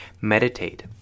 meditate